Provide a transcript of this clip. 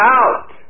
out